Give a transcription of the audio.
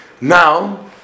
Now